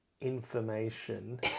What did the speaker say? Information